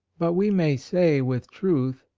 but we may say, with truth,